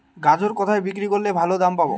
গাজর কোথায় বিক্রি করলে ভালো দাম পাব?